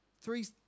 three